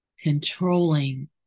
controlling